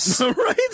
Right